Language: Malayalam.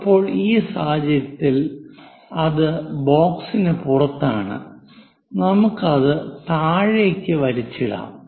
ഇപ്പോൾ ഈ സാഹചര്യത്തിൽ അത് ബോക്സിന് പുറത്താണ് നമുക്ക് അത് താഴേക്ക് വലിച്ചിടാം